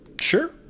Sure